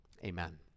Amen